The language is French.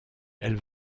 elle